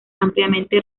ampliamente